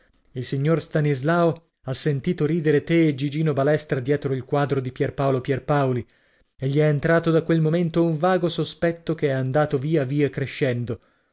il signor stanislao ha sentito ridere te e gigino balestra dietro il quadro di pierpaolo pierpaoli e gli è entrato da quel momento un vago sospetto che è andato via via crescendo